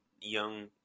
young